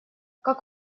как